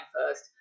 first